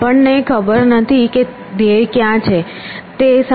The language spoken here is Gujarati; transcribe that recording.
આપણને ખબર નથી કે ધ્યેય ક્યાં છે